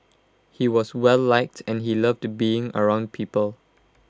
he was well liked and he loved being around people